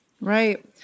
Right